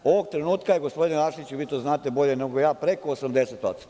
Ovog trenutka je, gospodine Arsiću, vi to znate bolje nego ja, preko 80%